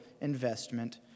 investment